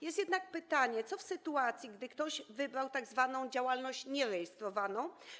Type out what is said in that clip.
Jest jednak pytanie, co w sytuacji, gdy ktoś wybrał tzw. działalność nierejestrowaną.